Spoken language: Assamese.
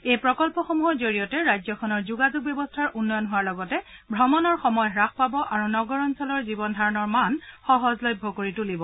এই প্ৰকল্পসমূহৰ জৰিয়তে ৰাজ্যখনৰ যোগাযোগ ব্যৱস্থাৰ উন্নয়ন হোৱাৰ লগতে অমণৰ সময় হ্যাস পাব আৰু নগৰ অঞ্চলৰ জীৱন ধাৰণৰ মান সহজলভ্য কৰি তুলিব